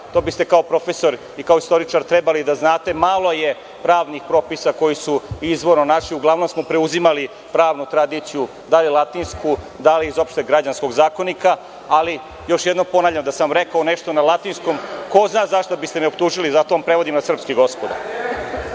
to biste kao profesor i kao istoričar trebali da znate. Malo je pravnih propisa koji su izvorno naši, uglavnom smo preuzimali pravnu tradiciju, da li latinsku, da li iz Opšteg građanskog zakonika, ali, još jednom ponavljam, da sam rekao nešto na latinskom ko zna za šta biste me optužili, zato vam prevodim na srpski, gospodo.